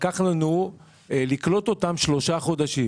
לקח לנו לקלוט אותם 3 חודשים.